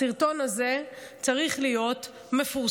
הסרטון הזה צריך להיות מפורסם.